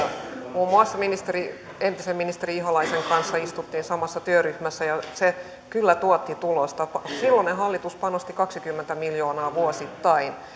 muun muassa entisen ministerin ihalaisen kanssa istuttiin samassa työryhmässä ja se kyllä tuotti tulosta silloinen hallitus panosti kaksikymmentä miljoonaa vuosittain